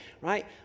right